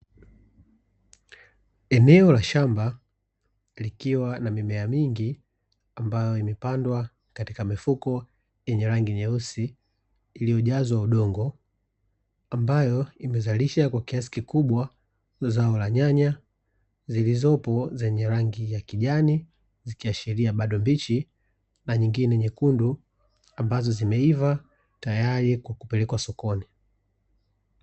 Eneo la shamba likiwa na mimea mingi ambayo imepandwa katika mifuko yenye rangi nyeusi, iliyojazwa udongo, ambayo imezalisha kwa kiasi kikubwa zao la nyanya zilizopo zenye rangi ya kijani zikiashiria bado mbichi, na nyingine nyekundu ambazo zimeiva, tayari kwa kupelekwa sokoni.